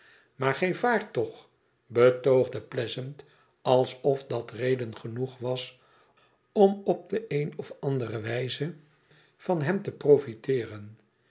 maar gij vaart toch betoogde pleasant alsof dat reden genoeg was om op de eene of andere wijze van hem te profiteeren